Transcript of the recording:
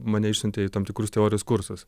mane išsiuntė į tam tikrus teorijos kursus